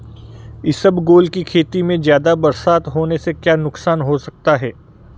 इसबगोल की खेती में ज़्यादा बरसात होने से क्या नुकसान हो सकता है?